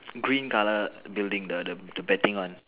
green color building the the betting one